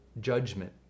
judgment